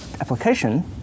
application